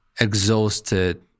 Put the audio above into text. exhausted